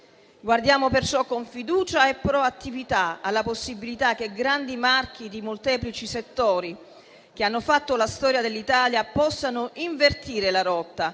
Guardiamo perciò con fiducia e proattività alla possibilità che grandi marchi di molteplici settori, che hanno fatto la storia dell'Italia, invertano la rotta,